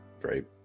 Great